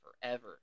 forever